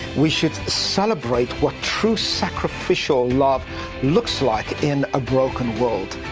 we should celebrate what true sacrificial love looks like in a broken world.